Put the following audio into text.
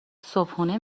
صبحونه